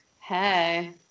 Hey